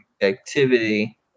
activity